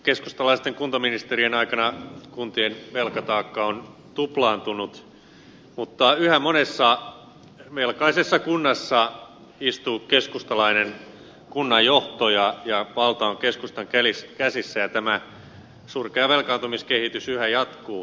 keskustalaisten kuntaministerien aikana kuntien velkataakka on tuplaantunut mutta yhä monessa velkaisessa kunnassa istuu keskustalainen kunnanjohto valta on keskustan käsissä ja tämä surkea velkaantumiskehitys jatkuu